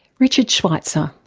richard schweizer.